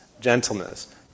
gentleness